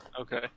okay